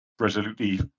resolutely